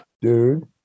dude